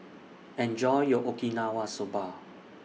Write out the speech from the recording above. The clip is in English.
Enjoy your Okinawa Soba